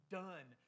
done